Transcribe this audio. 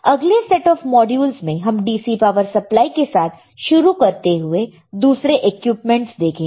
अगले set of models में हम DC पावर सप्लाई के साथ शुरू करते हुए दूसरे इक्विपमेंट्स देखेंगे